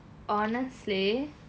honestly